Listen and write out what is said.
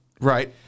Right